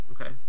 Okay